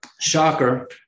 shocker